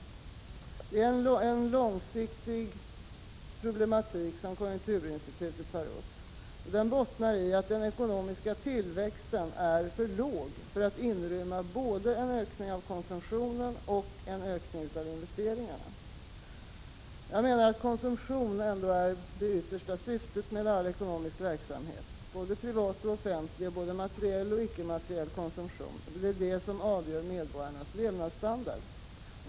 Det är en långsiktig problematik som konjunkturinstitutet tar upp. Den bottnar i att den ekonomiska tillväxten är för låg för att inrymma både en ökning av konsumtionen och en ökning av investeringarna. Jag menar att konsumtion ändå är det yttersta syftet med all ekonomisk verksamhet, både privat och offentlig, både materiell och icke materiell konsumtion. Det är den som avgör medborgarnas levnadsstandard.